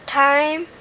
time